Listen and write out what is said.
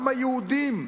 גם היהודים,